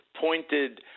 pointed